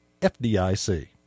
FDIC